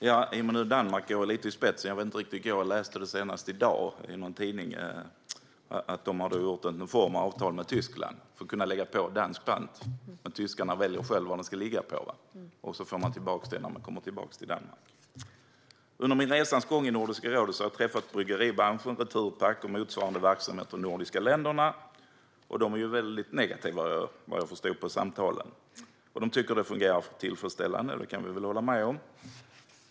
Fru talman! Danmark går lite i spetsen. Jag läste senast i dag i någon tidning att de hade gjort någon form av avtal med Tyskland för att kunna lägga på dansk pant. Tyskarna väljer själv vad den ska ligga på, och så får man tillbaka den när man kommer tillbaka till Danmark. Under resans gång i Nordiska rådet har jag träffat bryggeribranschen, Returpack och motsvarande verksamheter i de nordiska länderna. De är vad jag förstod av samtalen väldigt negativa. De tycker att det fungerar tillfredställande. Det kan vi väl hålla med om.